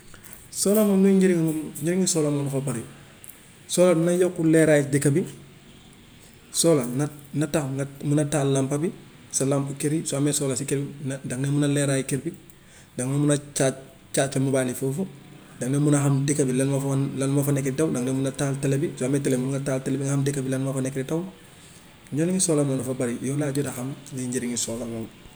solar moom luy njëriñ moom njëriñu solar moom dafa bari. Solar nay yokk leeraay dëkk bi, solar na na tax nga mun a taal làmpa bi sa làmp kër yi soo amee solar si kër na danga dee mun a leeraayu kër bi, danga dee mun a charge charge sa mobile yi foofu, danga dee mun a xam dëkka bi lan moo fa lan moo fa nekk di daw, danga dee mun a taal tele bi, soo amee tele mun nga taal tele bi nga xam dëkk bi lan moo fa nekk di daw. Njêriñu solar mom dafa bari, yooyu laa jot a xam liy njëriñu solar lool.